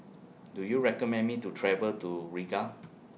Do YOU recommend Me to travel to Riga